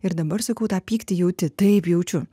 ir dabar sakau tą pyktį jauti taip jaučiu